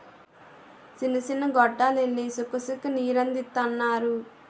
సిన్న సిన్న గొట్టాల్లెల్లి సుక్క సుక్క నీరందిత్తన్నారు